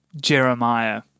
Jeremiah